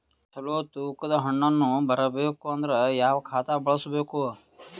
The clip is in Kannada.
ಚಲೋ ತೂಕ ದ ಹಣ್ಣನ್ನು ಬರಬೇಕು ಅಂದರ ಯಾವ ಖಾತಾ ಬಳಸಬೇಕು?